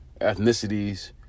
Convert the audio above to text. ethnicities